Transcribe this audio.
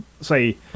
say